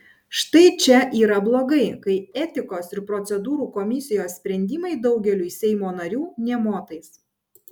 štai čia yra blogai kai etikos ir procedūrų komisijos sprendimai daugeliui seimo narių nė motais